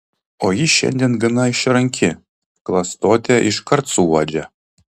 o ji šiandien gana išranki klastotę iškart suuodžia